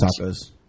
Tacos